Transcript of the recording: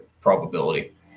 probability